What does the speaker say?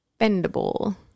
bendable